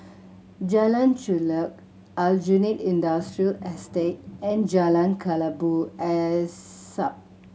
Jalan Chulek Aljunied Industrial Estate and Jalan Kelabu Asap